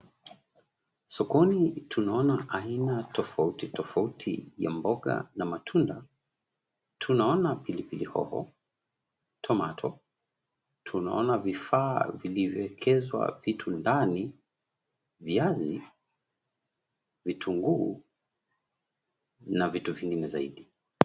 Sokoni tunaona aina tofautitofauti ya mboga na matunda. Tunaona pilipili hoho, tomato , tunaona vilivyoekezwa vitu ndani, viazi, vitunguu, na vitu vingine zaidi.